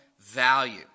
value